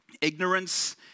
Ignorance